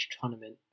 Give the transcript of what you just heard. tournament